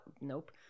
nope